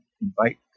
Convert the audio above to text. invite